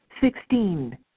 Sixteen